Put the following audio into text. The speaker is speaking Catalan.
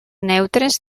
neutres